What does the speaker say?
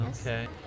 Okay